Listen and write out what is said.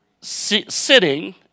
sitting